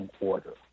order